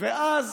ואז